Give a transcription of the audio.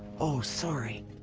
oh, sorry,